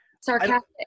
sarcastic